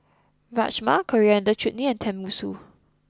Rajma Coriander Chutney and Tenmusu